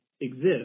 exist